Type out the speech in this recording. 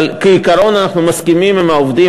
אבל כעיקרון אנחנו מסכימים עם העובדים,